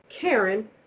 Karen